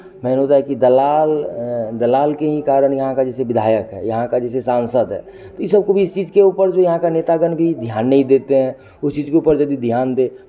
main मुद्दा है कि दलाल दलाल के ही कारण यहाँ का जैसे विधायक है यहाँ का जैसे सांसद है तो ई सब को भी इस चीज़ के ऊपर जो यहाँ के नेतागण भी ध्यान नहीं देते हैं उस चीज़ के ऊपर यदि ध्यान दे